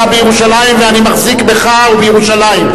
אתה בירושלים, ואני מחזיק בך ובירושלים.